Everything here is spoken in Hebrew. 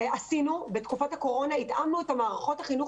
בתקופת הקורונה התאמנו את מערכות החינוך